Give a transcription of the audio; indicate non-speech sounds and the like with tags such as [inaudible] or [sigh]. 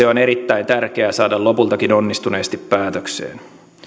[unintelligible] on erittäin tärkeää saada se lopultakin onnistuneesti päätökseen